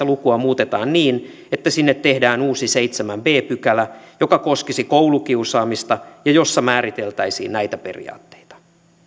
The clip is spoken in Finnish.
lukua muutetaan niin että sinne tehdään uusi seitsemäs b pykälä joka koskisi koulukiusaamista ja jossa määriteltäisiin näitä periaatteita